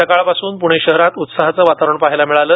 सकाळपासून प्णे शहरात उत्साहाचे वातावरण पाहायला मिळाले